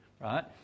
right